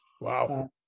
Wow